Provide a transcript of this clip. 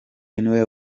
niwe